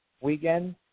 weekend